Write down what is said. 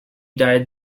died